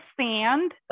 sand